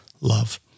love